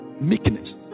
meekness